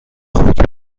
خوک